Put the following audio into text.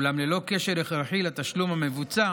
אולם ללא קשר הכרחי לתשלום המבוצע